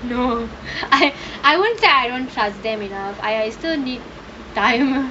no I I won't say I won't trust them you know I still need time